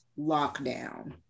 lockdown